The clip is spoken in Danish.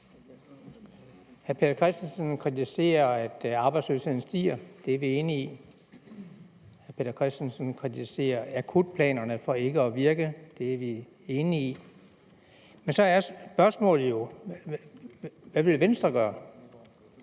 Hr. Peter Christensen kritiserer, at arbejdsløsheden stiger, og det er vi enige i. Hr. Peter Christensen kritiserer akutplanerne for, at de ikke virker, og det er vi også enige i. Men spørgsmålet er jo: Hvad vil Venstre så gøre?